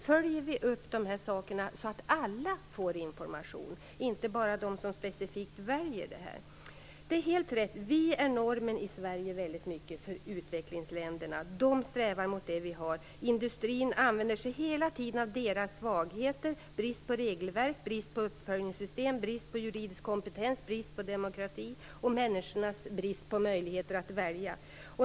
Följer vi upp detta så att alla verkligen får information, inte bara de som är specifikt intresserade? Vi i Sverige utgör väldigt mycket en norm för utvecklingsländerna. De strävar mot det som vi har. Industrierna utnyttjar hela tiden utvecklingsländernas svagheter och brist på regelverk, brist på uppföljningssystem, brist på juridisk kompetens, brist på demokrati och människornas brist på möjligheter att välja.